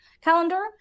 calendar